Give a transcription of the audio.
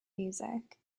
music